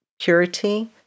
purity